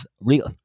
real